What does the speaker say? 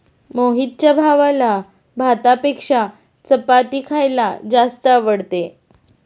मोहितच्या भावाला भातापेक्षा चपाती खायला जास्त आवडते